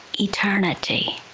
eternity